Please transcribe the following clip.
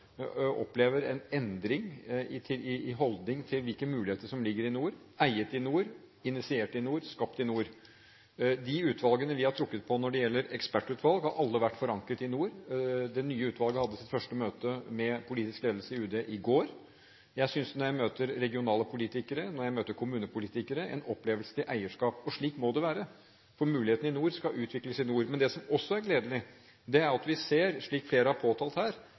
opplever en endring i holdning til hvilke muligheter som ligger i nord – eid i nord, initiert i nord, skapt i nord. De utvalgene vi har trukket på når det gjelder ekspertutvalg, har alle vært forankret i nord. Det nye utvalget hadde sitt første møte med politisk ledelse i Utenriksdepartementet i går. Jeg merker at når jeg møter regionale politikere, når jeg møter kommunepolitikere, møter jeg en opplevelse av eierskap. Slik må det være, for mulighetene i nord skal utvikles i nord. Men det som også er gledelig, er at vi ser – slik flere har påtalt her